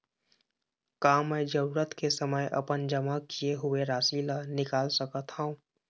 का मैं जरूरत के समय अपन जमा किए हुए राशि ला निकाल सकत हव?